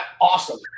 awesome